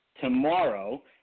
tomorrow